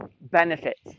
benefits